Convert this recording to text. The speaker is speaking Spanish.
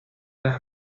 las